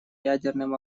ядерным